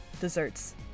desserts